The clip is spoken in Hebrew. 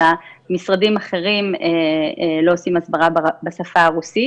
אלא משרדים אחרים לא עושים הסברה בשפה הרוסית.